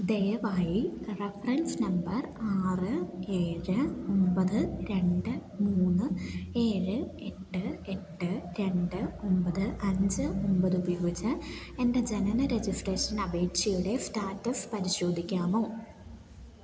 ദയവായി reference number ആറ് ഏഴ് ഒമ്പത് രണ്ട് മൂന്ന് ഏഴ് എട്ട് എട്ട് രണ്ട് ഒമ്പത് അഞ്ച് ഒമ്പത് ഉപയോഗിച്ച് എൻ്റെ ജനന രജിസ്ട്രേഷൻ അപേക്ഷയുടെ സ്റ്റാറ്റസ് പരിശോധിക്കാമോ